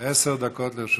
עשר דקות לרשותך.